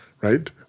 right